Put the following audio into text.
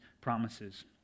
promises